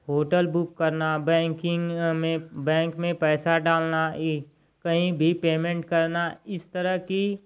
hotel book करना banking में bank में पैसा डालना कही भी पेमेंट करना इस तरह की